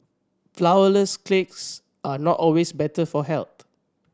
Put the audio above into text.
flourless cakes are not always better for health